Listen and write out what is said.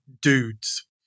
dudes